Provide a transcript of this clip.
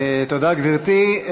תודה, גברתי.